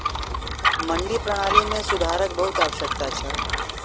मंडी प्रणाली मे सुधारक बहुत आवश्यकता छल